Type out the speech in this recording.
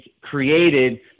created